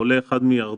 חולה אחד מירדן,